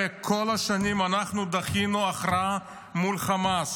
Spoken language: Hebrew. הרי כל השנים אנחנו דחינו הכרעה מול חמאס,